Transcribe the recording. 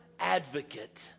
advocate